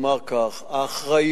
אני אחזור ואומר כך: האחריות